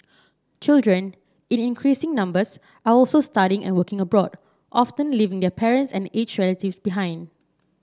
children in increasing numbers are also studying and working abroad often leaving their parents and aged relative behind